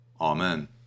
Amen